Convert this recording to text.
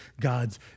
God's